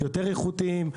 יותר איכותיים,